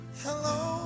Hello